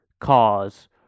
cause